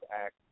Act